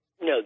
No